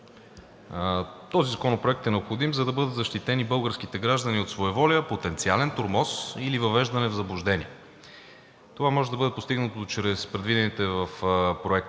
Този законопроект е необходим, за да бъдат защитени българските граждани от своеволия, потенциален тормоз или въвеждане в заблуждение. Това може да бъде постигнато чрез предвидените в проекта